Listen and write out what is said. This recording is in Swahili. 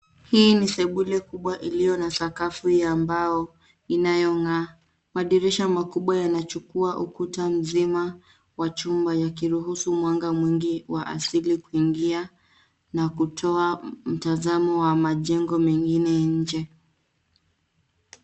Hii ni sebule kubwa iliyo na sakafu ya mbao inayong'aa. Madirisha makubwa yanachukua ukuta mzima wa chuma; yakiruhusu mwanga mwingi wa asili kuingia na kutoa mtazamo wa majengo mengine nje.